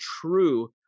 true